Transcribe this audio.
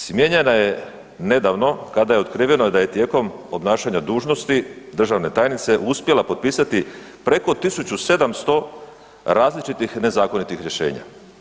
Smijenjena je nedavno kada je otkriveno da je tijekom obnašanja dužnosti državne tajnice uspjela potpisati preko 1700 različitih nezakonitih rješenja.